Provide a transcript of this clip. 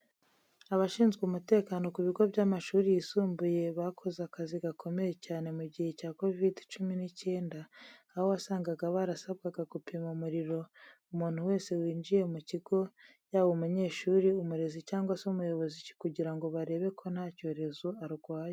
Abashinzwe umutekano ku bigo by'amashuri yisumbuye bakoze akazi gakomeye cyane mu gihe cya kovid cumi n'icyenda, aho wasangaga barasabwaga gupima umuriro umuntu wese winjiye mu kigo yaba umunyeshuri, umurezi cyangwa se umuyobozi kugira ngo barebe ko nta cyorezo arwaye.